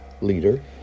leader